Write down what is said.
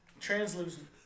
Translucent